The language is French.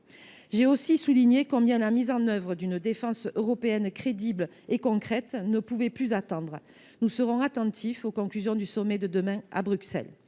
J’ai également souligné combien la mise en œuvre d’une défense européenne crédible et concrète ne pouvait plus attendre. Nous serons attentifs aux conclusions du sommet européen